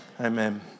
Amen